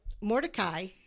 Mordecai